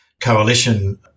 coalition